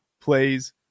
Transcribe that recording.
plays